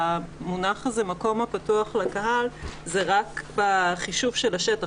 המונח "אזור הפתוח לקהל" זה רק בחישוב של השטח,